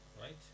Right